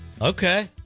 Okay